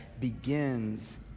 begins